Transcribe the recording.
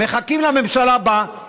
מחכים לממשלה הבאה,